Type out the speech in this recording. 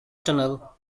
tunnel